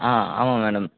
ஆ ஆமாம் மேடம்